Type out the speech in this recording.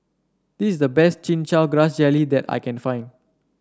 this the best Chin Chow Grass Jelly that I can find